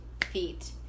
feet